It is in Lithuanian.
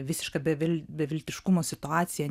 visiška bevil beviltiškumo situacija